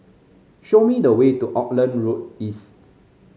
show me the way to Auckland Road East